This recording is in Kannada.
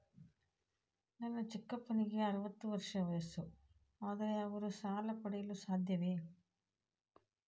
ನನ್ನ ಚಿಕ್ಕಪ್ಪನಿಗೆ ಅರವತ್ತು ವರ್ಷ ವಯಸ್ಸು, ಆದರೆ ಅವರು ಸಾಲ ಪಡೆಯಲು ಸಾಧ್ಯವೇ?